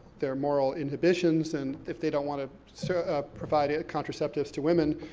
their moral inhibitions, and if they don't want to so provide ah contraceptives to women,